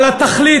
התכלית,